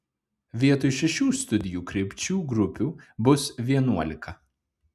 vietoj šešių studijų krypčių grupių bus vienuolika